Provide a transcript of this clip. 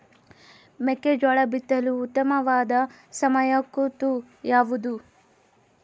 ಮೆಕ್ಕೆಜೋಳ ಬಿತ್ತಲು ಉತ್ತಮವಾದ ಸಮಯ ಋತು ಯಾವುದು?